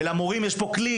ולמורים יש פה כלי